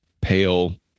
pale